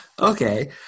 Okay